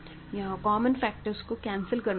यहां common factors को cancel करना होगा